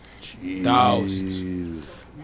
Thousands